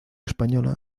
española